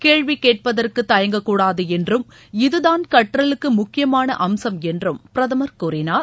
கேள்வி கேட்பதற்கு தயங்கக்கூடாது என்றும் இதுதான் கற்றலுக்கு முக்கியமான அம்சம் என்றும் பிரதம் கூறினார்